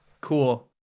cool